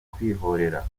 kwikorera